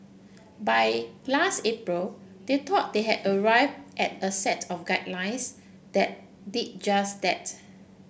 by last April they thought they had arrived at a set of guidelines that did just that